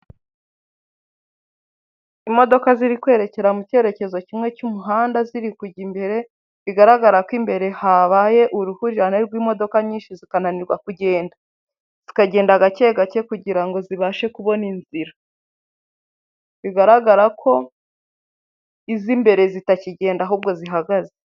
Imodoka ziri kwerekera mu cyerekezo kimwe cy'umuhanda ziri kujya imbere, bigaragara ko imbere habaye uruhurirane rw'imodoka nyinshi zikananirwa kugenda, zikagenda gake gake kugira ngo zibashe kubona inzira, bigaragara ko izo imbere zitakigenda ahubwo zihagaze.